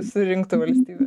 susirinktų valstybė